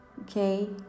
Okay